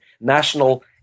National